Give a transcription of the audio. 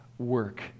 Work